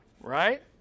right